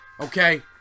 okay